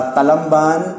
Talamban